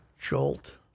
jolt